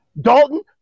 Dalton